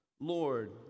Lord